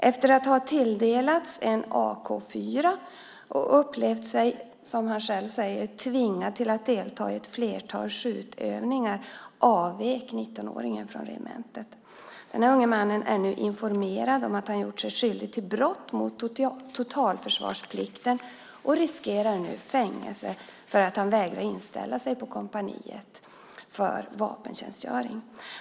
Efter att ha tilldelats en Ak 4 och upplevt sig, som han själv säger, tvingad att delta i ett flertal skjutövningar avvek 19-åringen från regementet. Den här unge mannen är nu informerad om att han gjort sig skyldig till brott mot totalförsvarsplikten och riskerar fängelse för att han vägrar inställa sig på kompaniet för vapentjänstgöring.